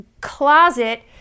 closet